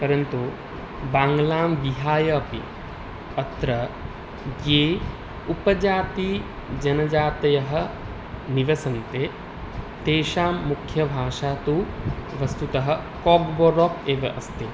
परन्तु बाङ्ग्लां विहाय अपि अत्र ये उपजातिः जनजातयः निवसन्ति तेषां मुख्यभाषा तु वस्तुतः कोब्बोरोक् एव अस्ति